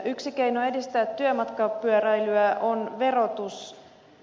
yksi keino edistää työmatkapyöräilyä on verotus